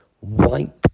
wipe